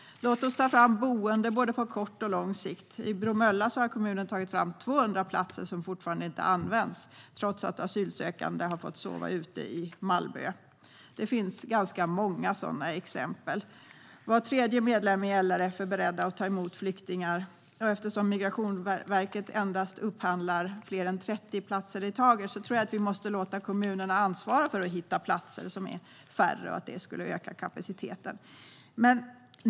Låt oss ta fram boenden, både på kort och på lång sikt. I Bromölla har kommunen tagit fram 200 platser som fortfarande inte används, trots att asylsökande har fått sova ute i Malmö. Det finns ganska många sådana exempel. Var tredje medlem i LRF är beredd att ta emot flyktingar. Eftersom Migrationsverket upphandlar endast fler än 30 platser i taget tror jag att vi måste låta kommunerna ansvara för att hitta färre platser och att det skulle öka kapaciteten.